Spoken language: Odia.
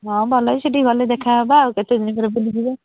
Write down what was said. ହଁ ଭଲ ଅଛି ସେଠିକି ଗଲେ ଦେଖାହେବା ଆଉ କେତେଦିନ ପରେ ବୁଲିଯିବା